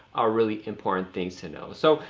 are really important things to know. so,